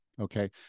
Okay